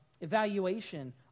evaluation